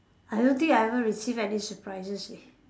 I don't think I ever received any surprises eh